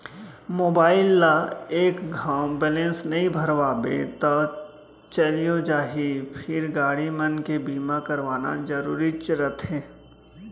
mobile ल एक घौं बैलेंस नइ भरवाबे तौ चलियो जाही फेर गाड़ी मन के बीमा करवाना जरूरीच रथे